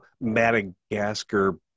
Madagascar